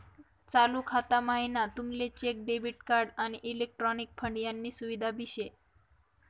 चालू खाता म्हाईन तुमले चेक, डेबिट कार्ड, आणि इलेक्ट्रॉनिक फंड यानी सुविधा भी शे